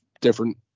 different